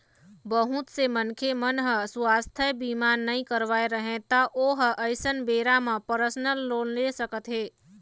बहुत से मनखे मन ह सुवास्थ बीमा नइ करवाए रहय त ओ ह अइसन बेरा म परसनल लोन ले सकत हे